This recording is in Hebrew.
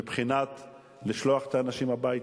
מבחינת לשלוח את האנשים הביתה.